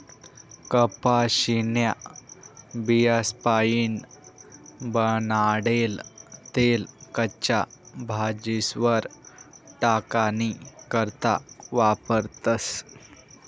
कपाशीन्या बियास्पाईन बनाडेल तेल कच्च्या भाजीस्वर टाकानी करता वापरतस